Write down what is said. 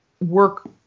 work